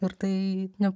ir tai ne